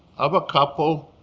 of a couple,